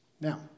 Now